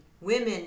women